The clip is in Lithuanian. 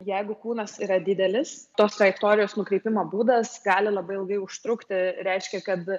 jeigu kūnas yra didelis toks trajektorijos nukreipimo būdas gali labai ilgai užtrukti reiškia kad